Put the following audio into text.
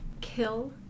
Kill